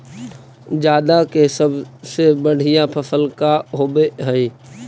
जादा के सबसे बढ़िया फसल का होवे हई?